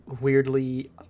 weirdly